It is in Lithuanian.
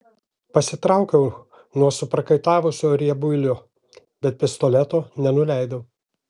pasitraukiau nuo suprakaitavusio riebuilio bet pistoleto nenuleidau